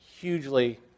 hugely